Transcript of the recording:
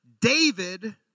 David